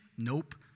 Nope